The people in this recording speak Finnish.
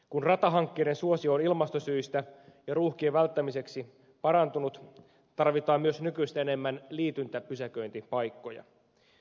kun ratahankkeiden suosio on ilmastosyistä ja ruuhkien välttämiseksi parantunut tarvitaan myös nykyistä enemmän liityntäpysäköintipaikkoja